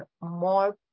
more